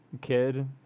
kid